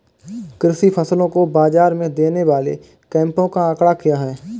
कृषि फसलों को बाज़ार में देने वाले कैंपों का आंकड़ा क्या है?